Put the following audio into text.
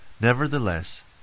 Nevertheless